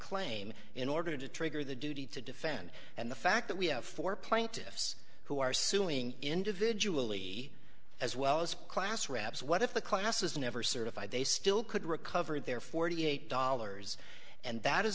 claim in order to trigger the duty to defend and the fact that we have four plaintiffs who are suing individually as well as class reps what if the class is never certified they still could recover their forty eight dollars and that is